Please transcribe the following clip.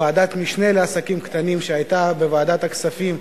ועדת משנה לעסקים קטנים היתה בוועדת הכספים,